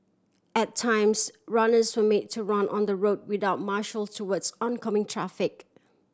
at times runners were made to run on the road without marshal towards oncoming traffic